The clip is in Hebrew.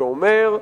שאומר: